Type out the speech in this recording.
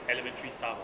elementary stuff orh